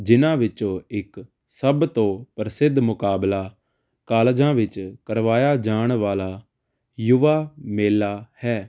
ਜਿਨ੍ਹਾਂ ਵਿੱਚੋਂ ਇੱਕ ਸਭ ਤੋਂ ਪ੍ਰਸਿੱਧ ਮੁਕਾਬਲਾ ਕਾਲਜਾਂ ਵਿੱਚ ਕਰਵਾਇਆ ਜਾਣ ਵਾਲ਼ਾ ਯੁਵਾ ਮੇਲਾ ਹੈ